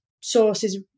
sources